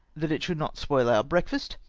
that it should not spoil our breakfast,